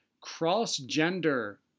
cross-gender